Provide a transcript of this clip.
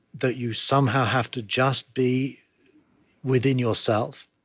that you somehow have to just be within yourself,